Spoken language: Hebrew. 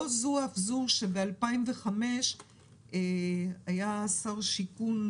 לא זו אף זו, שב-2005 היה שר בינוי ושיכון,